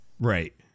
Right